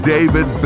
David